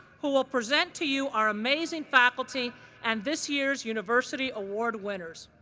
who will present to you our amazing faculty and this year's university award winners.